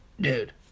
Dude